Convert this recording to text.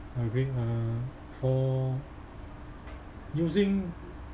I agree uh for using